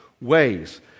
ways